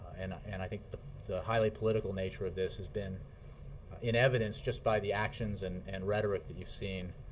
and and i think the the highly political nature of this has been in evidence just by the actions and and rhetoric that you've seen